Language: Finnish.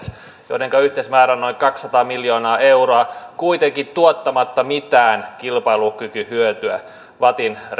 joidenka yhteismäärä on noin kaksisataa miljoonaa euroa kuitenkaan tuottamatta mitään kilpailukykyhyötyä vattin